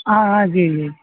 ہاں ہاں جی جی